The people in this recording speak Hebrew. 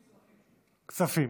כספים.